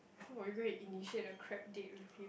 who will go and initiate the crap date with him